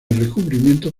recubrimiento